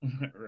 Right